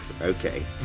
okay